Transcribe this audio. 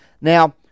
Now